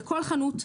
בכל חנות,